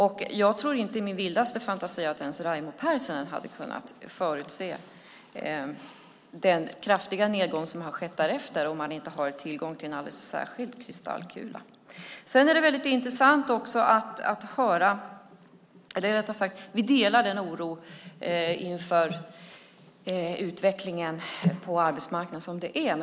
Jag tror inte i min vildaste fantasi att ens Raimo Pärssinen hade kunnat förutse den kraftiga nedgång som har skett därefter om han inte har tillgång till en alldeles särskild kristallkula. Vi delar oron inför utvecklingen på arbetsmarknaden.